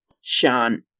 Sean